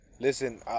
Listen